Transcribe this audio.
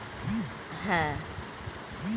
যারা অর্থনৈতিক বাজারে বন্ড বিক্রি করে তাকে বড়োয়ার বলে